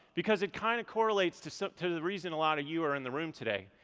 because it kind of correlates to so to the reason a lot of you are in the room today.